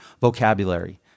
vocabulary